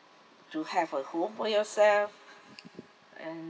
to have a home for yourself and